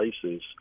places